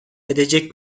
edecek